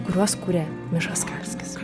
kuriuos kūrė miša skalskis